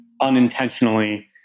unintentionally